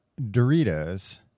Doritos